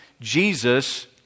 Jesus